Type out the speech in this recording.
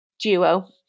Duo